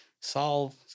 solve